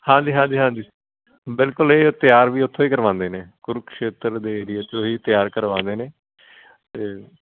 ਹਾਂਜੀ ਹਾਂਜੀ ਹਾਂਜੀ ਬਿਲਕੁਲ ਇਹ ਤਿਆਰ ਵੀ ਉੱਥੋਂ ਹੀ ਕਰਵਾਉਂਦੇ ਨੇ ਕੁਰੂਕਸ਼ੇਤਰ ਦੇ ਏਰੀਏ ਤੋਂ ਹੀ ਤਿਆਰ ਕਰਵਾਉਂਦੇ ਨੇ ਅਤੇ